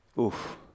oof